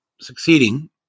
succeeding